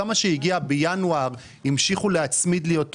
גם מה שהגיע בינואר המשיכו להצמיד לי אותו